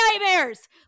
nightmares